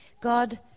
God